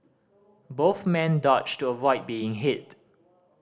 both men dodged to avoid being hit